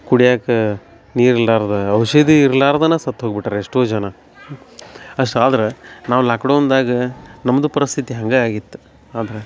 ಕುಡ್ಯಾಕೆ ನೀರು ಇಲ್ಲಾರದ ಔಷಧಿ ಇರ್ಲಾರದನ ಸತ್ತು ಹೋಗ್ಬಿಟ್ಟಾರ ಎಷ್ಟೋ ಜನ ಅಷ್ಟು ಆದ್ರ ನಾವು ಲಾಕ್ಡೌನ್ದಾಗ ನಮ್ಮದು ಪರಿಸ್ಥಿತಿ ಹಂಗೆ ಆಗಿತ್ತು ಆದ್ರ